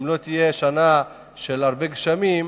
לא תהיה שנה עם הרבה גשמים,